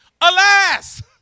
alas